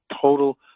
total